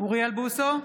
אוריאל בוסו,